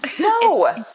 No